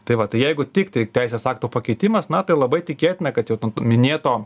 tai va tai jeigu tiktai teisės akto pakeitimas na tai labai tikėtina kad jau minėto